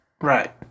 right